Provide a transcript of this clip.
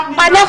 יצא ממח"ש?